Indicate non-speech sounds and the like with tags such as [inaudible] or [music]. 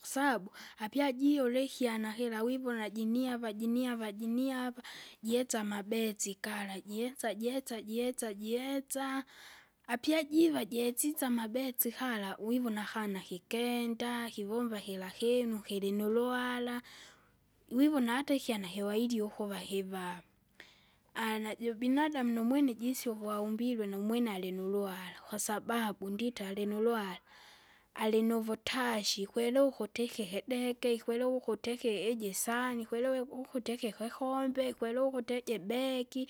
Kwasabu apyajiole ikyana kira wivona jiniava jiniava jiniava, jetsa amabetsi kala, jietsa jietsa jietsa jietsa. Apiajiva jisise amabetsi kala uivona akana kikenda, kivomba kira kinu kilinuluhara, wivona hata ikyana kiwaili ukuva kivava. [hesitation] najubinadamu numwene jisie ukwaumbilwe numwene alinuluhara, kwaababu ndita alinuluhara, alinuvutashi ikwekewa ukuti iki kidege, ikwelewa ukuti iki iji saani, ikwelewe ukuti iki kikombe, ikwelewe ukuti iji begi,